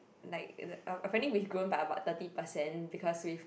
like apparently we grown by about thirty percent because we've